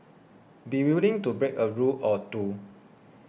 be willing to break a rule or two